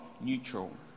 neutral